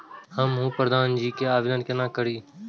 हमू प्रधान जी के आवेदन के करी?